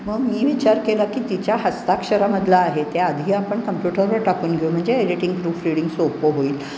मग मी विचार केला की तिच्या हस्ताक्षरामधला आहे त्या आधी आपण कम्प्युटरवर टाकून घेऊ म्हणजे एडिटिंग प्रूफ रिडिंग सोपं होईल